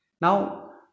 Now